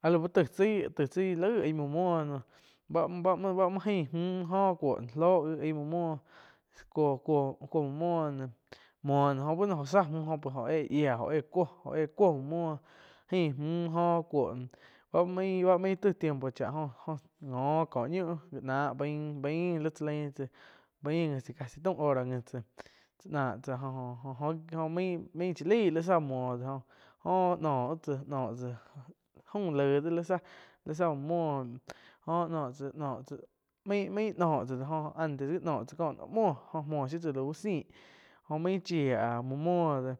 Ah lau taih tzai, tai tzai laig aih muoh muoh noh báh-báh muo ain mü jó cuoh loh aíh muoh muoh kuo-kuo mu muoh muo noh jo báh no jo tsá müh jóh éh shía jo éh cuoh muo muoh ain mjuo jo cuoh, báh main báh main taih tiempo jó-jo ngo ko ñiuh já nah bain tsá lain tsá bain taum hora ngi tsáh chá nah tsá jo-jo, jo nain cha laig li záh oh noh tzáh aum laig dah li tzah muo muoh jó noh tzá noh tzá main noh tzá do joh náh no tzáko noh muoh jo muoh tzá muoh zih jo main chia muo muoh deh